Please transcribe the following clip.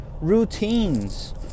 routines